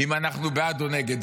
אם אנחנו בעד או נגד.